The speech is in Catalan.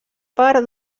part